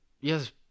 yes